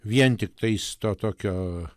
vien tiktais to tokio